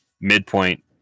midpoint